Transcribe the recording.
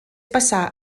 passà